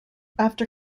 after